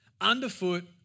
underfoot